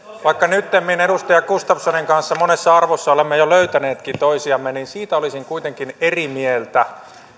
vaikka nyttemmin edustaja gustafssonin kanssa monessa arvossa olemme jo löytäneetkin toisiamme niin siitä olisin kuitenkin eri mieltä